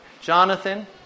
Jonathan